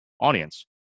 audience